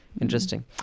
interesting